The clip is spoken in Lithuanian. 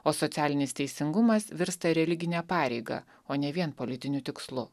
o socialinis teisingumas virsta religine pareiga o ne vien politiniu tikslu